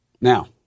Now